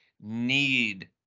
need